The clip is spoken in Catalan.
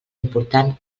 important